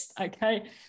Okay